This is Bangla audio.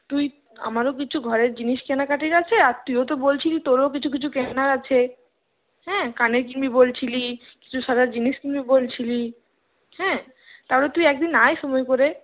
তুই আমারও কিছু ঘরের জিনিস কেনাকাটির আছে আর তুই ও বলছিলি তোরও কিছু কিছু কেনার আছে হ্যাঁ কানের কিনবি বলছিলি কিছু সাজার জিনিস কিনবি বলছিলি হ্যাঁ তাহলে তুই একদিন আয় সময় করে